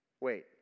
wait